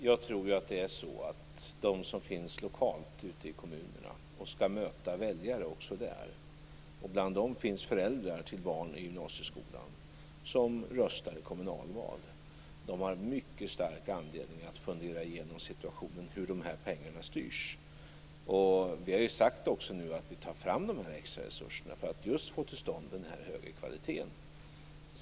Fru talman! De som finns lokalt ute i kommunerna möter ju väljare där, och bland dem finns föräldrar till barn i gymnasieskolan som röstar i kommunalval. De har mycket stark anledning att fundera igenom situationen med hur de här pengarna styrs. Vi har nu sagt att vi tar fram de här extra resurserna för att just få till stånd den högre kvaliteten.